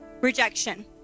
rejection